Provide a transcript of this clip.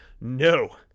No